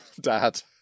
dad